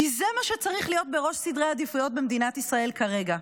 כי זה מה שצריך להיות בראש סדר העדיפויות במדינת ישראל כרגע.